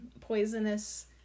poisonous